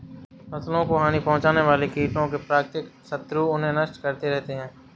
फसलों को हानि पहुँचाने वाले कीटों के प्राकृतिक शत्रु उन्हें नष्ट करते रहते हैं